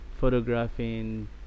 photographing